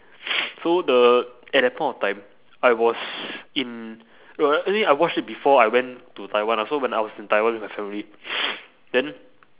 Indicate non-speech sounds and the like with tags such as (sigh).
(noise) so the at that point of time I was in uh anyway I watched it before I went to taiwan ah so when I was in taiwan with my family (noise) then